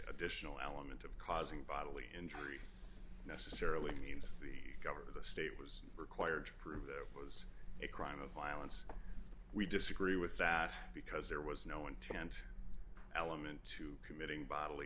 additional element of causing bodily injury necessarily means the governor of the state was required to prove there was a crime of violence we disagree with that because there was no intent element to committing bo